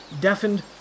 deafened